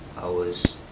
i was